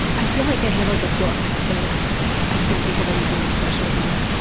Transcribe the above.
i feel like i have like a book but i can't think of anything of course right now.